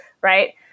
Right